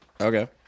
Okay